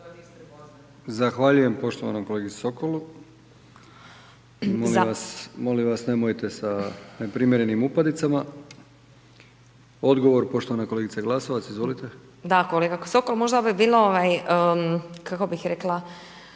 Zahvaljujem poštovanom kolegi Sokolu. Molim vas nemojte sa neprimjerenim upadicama. Odgovor poštovana kolegica Glasovac, izvolite. **Glasovac, Sabina (SDP)** Da kolega Sokol, možda bi bilo kako bih rekla